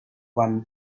won